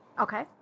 Okay